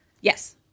yes